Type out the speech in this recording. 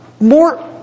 more